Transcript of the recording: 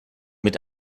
mit